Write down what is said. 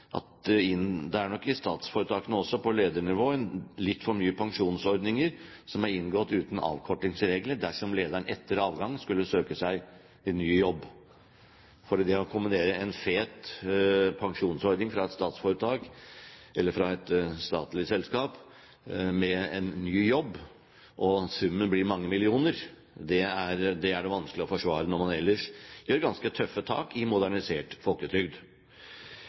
er at det nok også i statsforetakene på ledernivå er litt for mange pensjonsordninger som er inngått uten avkortingsregler dersom lederen etter avgang skulle søke seg ny jobb. For det å kombinere en fet pensjonsordning fra et statsforetak eller fra et statlig selskap med en ny jobb og summen blir mange millioner kroner, er vanskelig å forsvare når man ellers tar ganske tøffe tak i modernisert folketrygd.